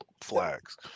flags